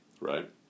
right